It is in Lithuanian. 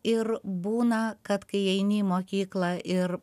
ir būna kad kai eini į mokyklą ir